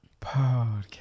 podcast